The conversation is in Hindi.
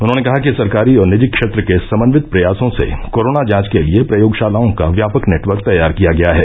उन्होंने कहा कि सरकारी और निजी क्षेत्र के समन्वित प्रयासों से कोरोना जांच के लिए प्रयोगशालाओं का व्यापक नेटवर्क तैयार किया गया है